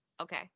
okay